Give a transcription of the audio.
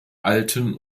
alten